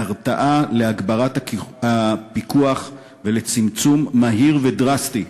להרתעה, להגברת הפיקוח ולצמצום מהיר ודרסטי